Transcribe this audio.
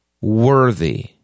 worthy